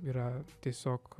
yra tiesiog